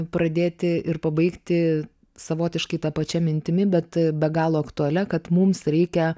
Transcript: pradėti ir pabaigti savotiškai ta pačia mintimi bet be galo aktualia kad mums reikia